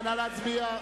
להצביע.